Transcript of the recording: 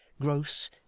gross